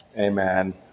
Amen